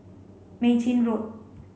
Mei Chin Road